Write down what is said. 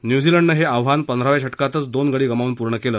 न्युझीलँडनं हे आव्हान पंधराव्या षटकातच दोन गडी गमावून पूर्ण केलं